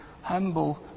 humble